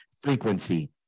frequency